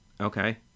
Okay